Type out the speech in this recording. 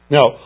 Now